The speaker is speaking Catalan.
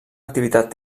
activitat